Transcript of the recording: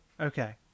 Okay